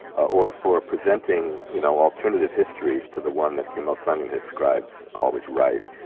ah or for presenting you know alternative histories to the one that kim il-sung and describes, always right.